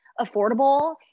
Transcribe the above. affordable